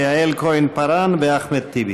ליעל כהן-פארן ולאחמד טיבי.